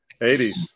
80s